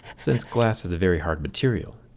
since glass is a very hard material,